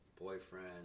boyfriend